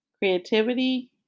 creativity